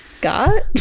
got